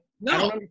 No